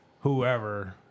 whoever